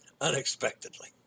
unexpectedly